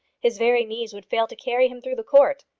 his very knees would fail to carry him through the court.